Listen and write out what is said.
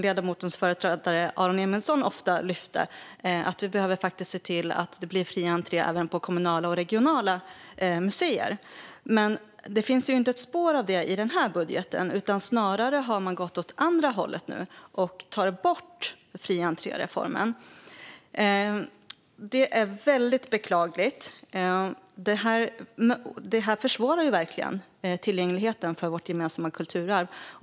Ledamotens företrädare Aron Emilsson lyfte ofta att vi behöver se till att det blir fri entré även på kommunala och regionala museer. Det finns det dock inte ett spår av i den här budgeten. Man har snarare gått åt andra hållet och tar nu bort fri entré-reformen. Det är väldigt beklagligt, för det försvårar verkligen tillgängligheten till vårt gemensamma kulturarv.